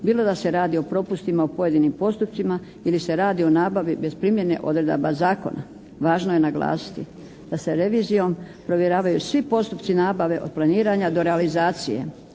bilo da se radi o propustima u pojedinim postupcima ili se radi o nabavi bez primjene odredaba zakona. Važno je naglasiti da se revizijom provjeravaju svi postupci nabave od planiranja do realizacije,